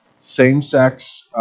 same-sex